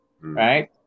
right